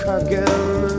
again